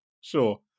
sure